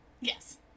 Yes